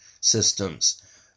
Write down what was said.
systems